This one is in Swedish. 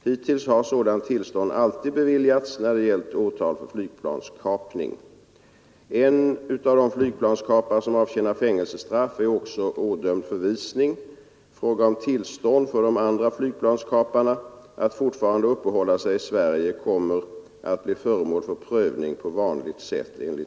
Hittills har sådant tillstånd alltid beviljats när det gäller åtal för flygplanskapning. En av de flygplanskapare som avtj änar fängelsestraff är också ådömd förvisning. Frågan om tillstånd för de andra flygplanskaparna att fortfarande uppehålla sig i Sverige kommer att bli föremål för prövning